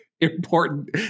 important